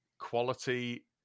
quality